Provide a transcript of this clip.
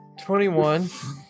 21